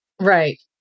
Right